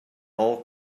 all